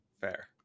Fair